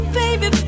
baby